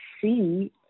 see